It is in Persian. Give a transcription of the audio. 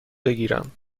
بگیرم